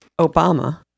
Obama